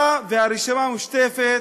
אתה והרשימה המשותפת,